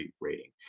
rating